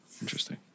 Interesting